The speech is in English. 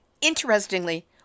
Interestingly